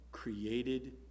Created